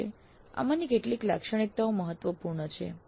જો કે આમાંની કેટલીક લાક્ષણિકતાઓ મહત્વપૂર્ણ છે